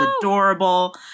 adorable